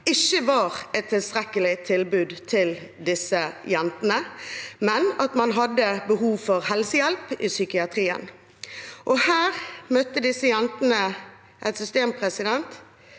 ikke var et tilstrekkelig tilbud til disse jentene, men at de hadde behov for helsehjelp i psykiatrien. Her møtte jentene et system som